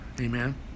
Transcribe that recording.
Amen